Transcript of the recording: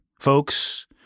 Folks